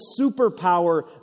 superpower